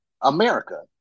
America